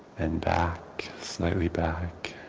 and back, slightly back.